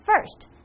first